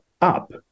up